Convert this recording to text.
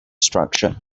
structure